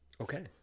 Okay